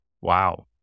Wow